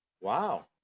Wow